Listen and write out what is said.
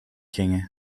gingen